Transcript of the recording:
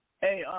Hey